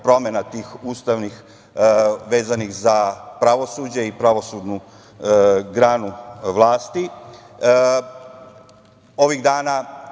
promena vezanih za pravosuđe i pravosudnu granu vlasti.